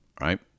right